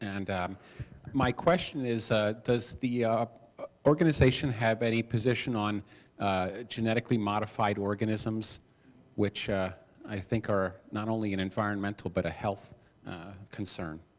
and um my question is does the ah organization have any position on genetically modified organisms which i think are not only an environmental but a health concern?